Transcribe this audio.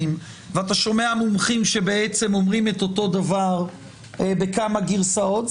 ואתה שומע מומחים שבעצם אומרים את אותו הדבר בכמה גרסאות,